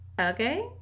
okay